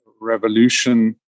revolution